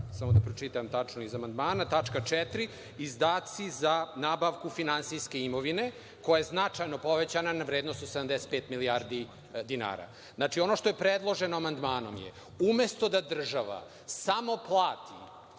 sredstava, ona je tačka 4) – izdaci za nabavku finansijske imovine, koja je značajno poveća na vrednost 85 milijardi dinara. Znači, ono što je predloženo amandmanom je umesto da država samo plati